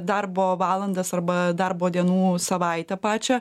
darbo valandas arba darbo dienų savaitę pačią